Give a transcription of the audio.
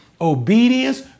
obedience